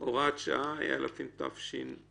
(הוראת שעה), התשע"ט